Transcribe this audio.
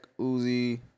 Uzi